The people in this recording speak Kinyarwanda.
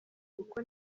kuko